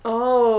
oh